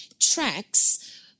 tracks